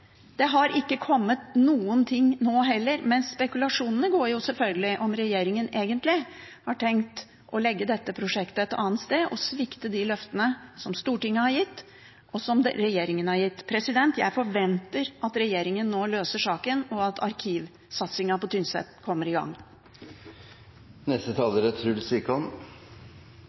Det har ikke kommet noen ting nå heller, men spekulasjonene går selvfølgelig på om regjeringen egentlig har tenkt å legge dette prosjektet et annet sted og svikte de løftene som Stortinget har gitt, og som regjeringen har gitt. Jeg forventer at regjeringen nå løser saken, og at arkivsatsingen på Tynset kommer i gang.